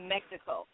Mexico